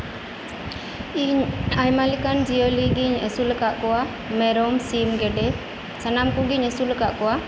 ᱤᱧ ᱟᱭᱢᱟ ᱞᱮᱠᱟᱱ ᱡᱤᱭᱟᱹᱞᱤᱜᱤᱧ ᱟᱹᱥᱩᱞ ᱟᱠᱟᱫ ᱠᱚᱣᱟ ᱥᱤᱢ ᱜᱮᱰᱮ ᱢᱮᱨᱚᱢ ᱥᱟᱱᱟᱢ ᱠᱩᱜᱤᱧ ᱟᱹᱥᱩᱞ ᱟᱠᱟᱫ ᱠᱚᱣᱟ